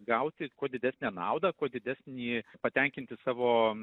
gauti kuo didesnę naudą kuo didesnį patenkinti savo